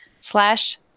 slash